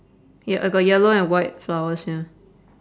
ya I got yellow and white flowers ya